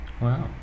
Wow